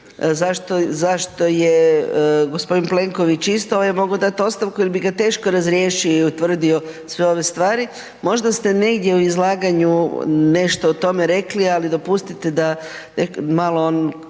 zašto je g. Plenković isto, on je mogao dati ostavku jer bi ga teško razriješio i utvrdio sve ove stvari. Možda ste negdje u izlaganju nešto o tome rekli, ali dopustite da malo ono,